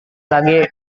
lagi